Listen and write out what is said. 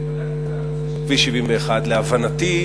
אני בדקתי את הנושא של כביש 71. להבנתי,